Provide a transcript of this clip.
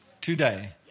today